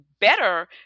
better